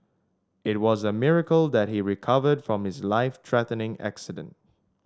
it was a miracle that he recovered from his life threatening accident